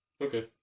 Okay